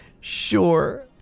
Sure